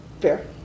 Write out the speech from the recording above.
Fair